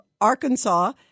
Arkansas